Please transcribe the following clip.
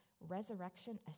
resurrection